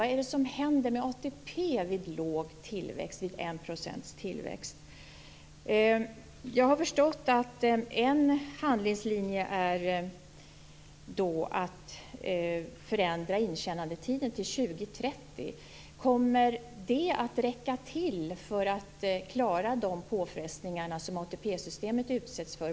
Vad händer med ATP vid låg tillväxt - vid 1 % tillväxt? Jag har förstått att en handlingslinje är att förändra intjänandetiden till 20 av 30. Kommer det att räcka till för att klara de påfrestningar som ATP-systemet utsätts för?